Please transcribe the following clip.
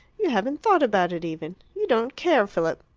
you haven't thought about it, even. you don't care. philip!